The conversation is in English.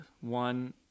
One